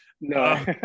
No